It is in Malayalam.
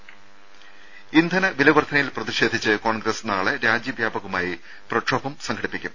രമേ ഇന്ധന വിലവർദ്ധനയിൽ പ്രതിഷേധിച്ച് കോൺഗ്രസ് നാളെ രാജ്യ വ്യാപകമായി പ്രക്ഷോഭം സംഘടിപ്പിക്കും